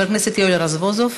חבר הכנסת יואל רזבוזוב.